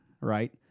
right